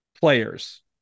players